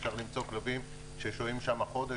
אפשר למצוא כלבים ששוהים שם חודש,